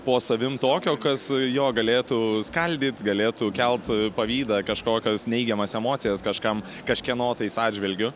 po savim tokio kas jo galėtų skaldyt galėtų kelt pavydą kažkokias neigiamas emocijas kažkam kažkieno tais atžvilgiu